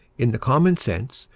in the common sense,